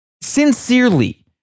sincerely